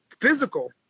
physical